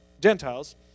Gentiles